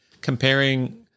Comparing